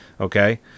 Okay